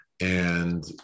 And-